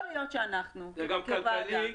זה גם כלכלי.